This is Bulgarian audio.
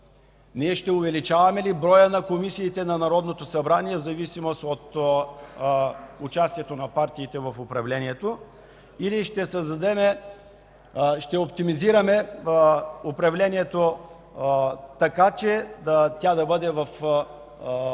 Ние ще увеличаваме ли броя на комисиите на Народното събрание в зависимост от участието на партиите в управлението или ще оптимизираме управлението така, че то да бъде в полза